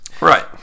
Right